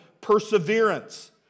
perseverance